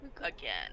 Again